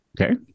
Okay